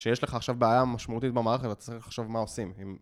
שיש לך עכשיו בעיה משמעותית במערכת ואתה צריך לחשוב מה עושים.